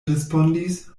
respondis